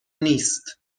نیست